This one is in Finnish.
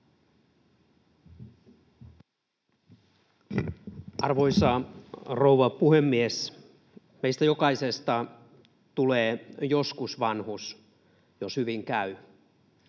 Arvoisa rouva puhemies! Meistä jokaisesta tulee joskus vanhus, jos hyvin käy.